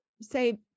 say